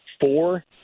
four